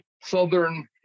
Southern